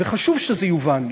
וחשוב שזה יובן,